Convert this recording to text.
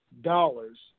dollars